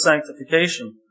sanctification